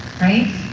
right